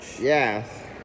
Yes